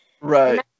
right